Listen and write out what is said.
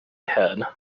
head